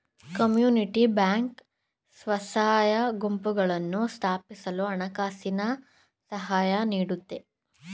community bank ಸ್ವಸಹಾಯ ಗುಂಪುಗಳನ್ನು ಸ್ಥಾಪಿಸಲು ಹಣಕಾಸಿನ ಸಹಾಯ ನೀಡುತ್ತೆ